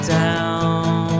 down